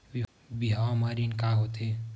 बिहाव म ऋण का होथे?